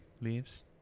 leaves